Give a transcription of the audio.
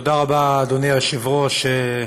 תודה רבה, אדוני היושב-ראש,